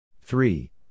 Three